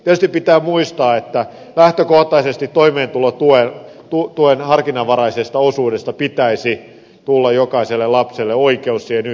tietysti pitää muistaa että lähtökohtaisesti toimeentulotuen harkinnanvaraisesta osuudesta pitäisi tulla jokaiselle lapselle oikeus siihen yhteen harrastukseen